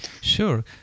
Sure